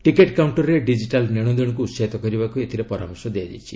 ticket କାଉଷ୍କରରେ digital ନେଶଦେଶକୁ ଉସାହିତ କରିବାକୁ ଏଥିରେ ପରାମର୍ଶ ଦିଆଯାଇଛି